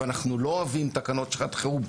אנחנו לא אוהבים תקנות לשעת חירום,